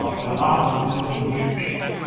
um and a lot of those end up being linux-based.